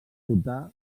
dotar